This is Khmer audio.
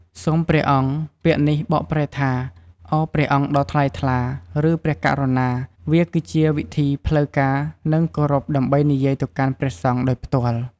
សូមព្រះអង្គ ពាក្យនេះបកប្រែថា "ឱព្រះអង្គដ៏ថ្លៃថ្លា" ឬ "ព្រះករុណា" វាគឺជាវិធីផ្លូវការ និងគោរពដើម្បីនិយាយទៅកាន់ព្រះសង្ឃដោយផ្ទាល់។